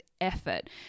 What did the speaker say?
effort